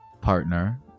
partner